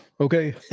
Okay